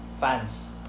fans